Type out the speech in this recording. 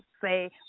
Say